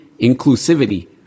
inclusivity